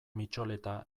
mitxoleta